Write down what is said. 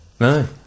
No